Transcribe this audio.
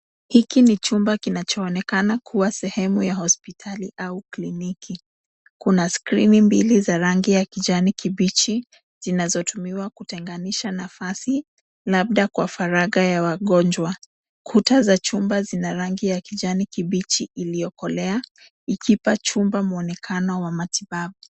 Hiki ni chumba kinachoonekana kuwa sehemu ya hospitali au kliniki. Kuna skrini mbili za rangi ya kijani kibichi zinazotumiwa kutenganisha nafasi labda kwa falagha ya wagonjwa. Kuta za nyumba zina rangi ya kijani kibichi iliyokolea ikipa chumba muonekano wa matibabu.